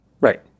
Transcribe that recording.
Right